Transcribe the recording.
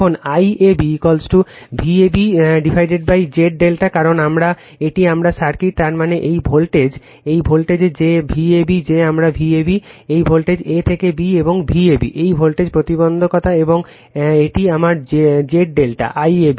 এখন IAB VabZ ∆ কারণ এটি আমার সার্কিট তার মানে এই ভোল্টেজ এই ভোল্টেজ যে Vab যে আমার Vab এই ভোল্টেজ A থেকে B এবং Vab একই ভোল্টেজ প্রতিবন্ধকতা এবং এটি আমার Z ∆ IAB